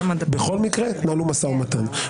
בכל מקרה, תנהלו משא ומתן.